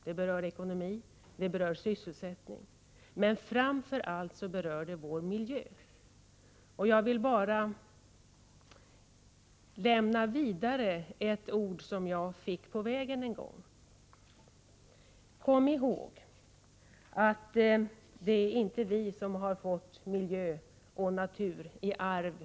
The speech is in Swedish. Den berör ekonomi och sysselsättning men framför allt vår miljö och vår framtid. Jag vill här bara lämna vidare ett ord som jag fick på vägen en gång: Kom ihåg att det inte är vår generation som har fått miljö och natur i arv.